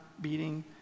beating